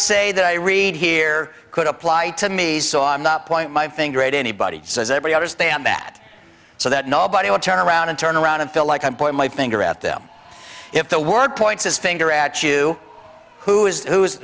say that i read here could apply to me so i'm not point my finger at anybody says every understand that so that nobody will turn around and turn around and feel like i'm point my finger at them if the word points his finger at you who is who is